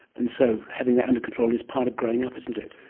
and so having that under control is part of growing up, isn't it?